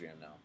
now